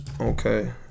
Okay